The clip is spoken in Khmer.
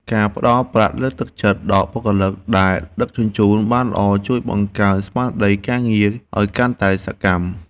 ការផ្តល់ប្រាក់លើកទឹកចិត្តដល់បុគ្គលិកដែលដឹកជញ្ជូនបានល្អជួយបង្កើនស្មារតីការងារឱ្យកាន់តែសកម្ម។